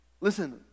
Listen